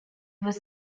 was